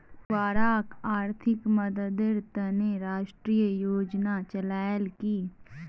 मछुवारॉक आर्थिक मददेर त न राष्ट्रीय योजना चलैयाल की